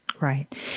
Right